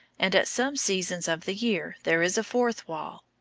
and at some seasons of the year there is a fourth wall.